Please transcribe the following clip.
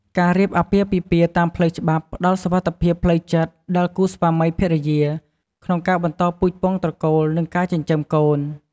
ការរៀបអាពាហ៍ពិពាហ៍តាមផ្លូវច្បាប់ផ្តល់សុវត្ថិភាពផ្លូវចិត្តដល់គូស្វាមីភរិយា ក្នុងការបន្តពូជពង្សត្រកូល និងការចិញ្ចឹមកូន។